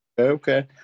Okay